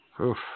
oof